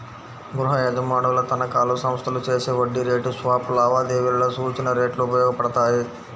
గృహయజమానుల తనఖాలు, సంస్థలు చేసే వడ్డీ రేటు స్వాప్ లావాదేవీలలో సూచన రేట్లు ఉపయోగపడతాయి